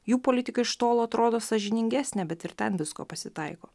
jų politika iš tolo atrodo sąžiningesnė bet ir ten visko pasitaiko